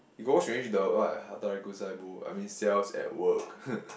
you got watch finish the what ah Hataraku-Saibo I mean Cells-at-Work